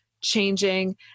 changing